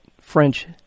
French